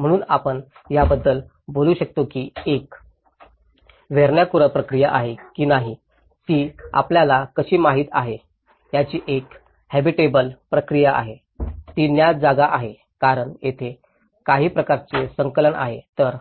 म्हणून आपण याबद्दल बोलू शकता की ही एक व्हेरण्याकुलर प्रक्रिया आहे की नाही ती आपल्याला कशी माहित आहे याची एक हॅबिटेबल प्रक्रिया आहे ती ज्ञात जागा आहे कारण तेथे काही प्रकारचे संलग्नक आहे तर